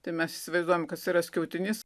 tai mes įsivaizduojam kas yra skiautinys